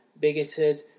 bigoted